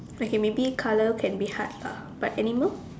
okay maybe colour can be hard lah but animal